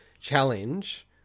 Challenge